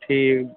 ٹھیٖک